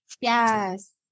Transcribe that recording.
Yes